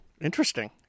Interesting